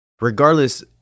Regardless